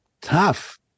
tough